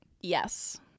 Yes